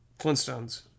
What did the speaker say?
Flintstones